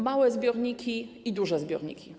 Małe zbiorniki i duże zbiorniki.